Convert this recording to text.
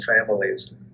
families